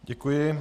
Děkuji.